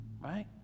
Right